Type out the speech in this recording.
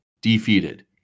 Defeated